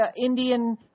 Indian